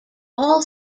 all